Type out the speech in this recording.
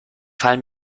fallen